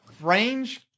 range